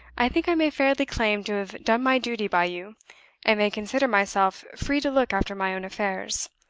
i think i may fairly claim to have done my duty by you, and may consider myself free to look after my own affairs.